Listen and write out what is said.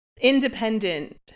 independent